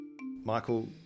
Michael